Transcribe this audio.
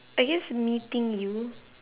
I guess meeting you